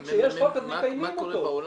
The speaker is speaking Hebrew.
כי כשיש חוק אז מקיימים אותו.